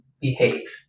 behave